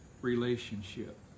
relationship